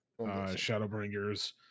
Shadowbringers